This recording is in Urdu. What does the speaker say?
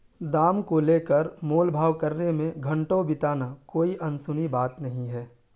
دام کو لے کر مول بھاؤ کرنے میں گھنٹوں بتانا کوئی ان سنی بات نہیں ہے